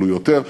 עלו יותר,